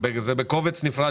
מתוכם יש 45 מיליוני שקלים,